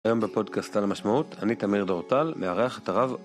היום בפודקאסט על המשמעות, אני תמיר דרוטל, מארח את הרב